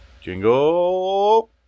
Jingle